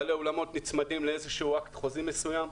בעלי האולמות נצמדים לאיזשהו אקט חוזי מסוים: